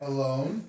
Alone